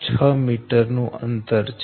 6 metre છે